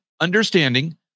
Understanding